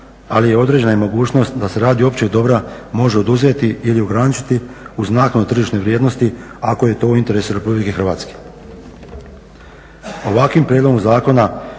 ali je određena i mogućnost da se radi općeg dobra može oduzeti ili ograničiti uz naknadu tržišne vrijednosti ako je to u interesu Republike Hrvatske. Ovakvim prijedlogom zakona